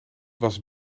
was